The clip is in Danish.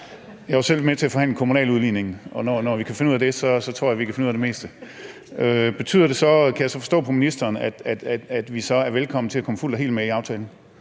Jeg var jo selv med til at forhandle kommunaludligningen, og når vi kan finde ud af det, tror jeg, at vi kan finde ud af det meste. Betyder det så, kan jeg så forstå på ministeren, at vi er velkomne til at komme fuldt og helt med i aftalen?